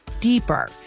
deeper